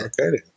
Okay